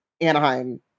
Anaheim